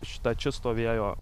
šita čia stovėjo